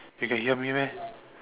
you can hear me meh